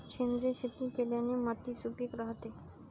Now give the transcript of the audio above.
सेंद्रिय शेती केल्याने माती सुपीक राहते